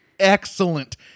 excellent